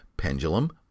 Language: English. Pendulum